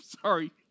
Sorry